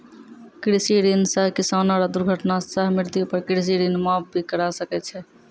कृषि ऋण सह किसानो रो दुर्घटना सह मृत्यु पर कृषि ऋण माप भी करा सकै छै